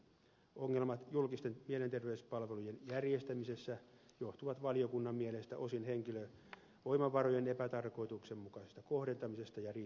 ongelmat julkisten mielenterveyspalvelujen järjestämisessä johtuvat valiokunnan mielestä osin henkilövoimavarojen epätarkoituksenmukaisesta kohdentamisesta ja riittämättömyydestä